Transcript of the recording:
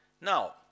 Now